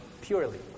purely